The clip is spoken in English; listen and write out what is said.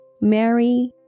Mary